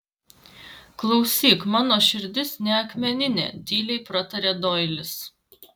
klausyk mano širdis ne akmeninė tyliai pratarė doilis